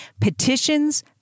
Petitions